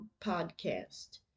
podcast